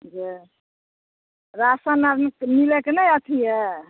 जे राशन आओर मिलैके नहि अथी अइ